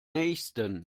nähesten